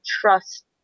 trust